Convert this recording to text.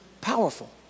Powerful